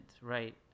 right